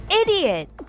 Idiot